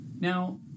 Now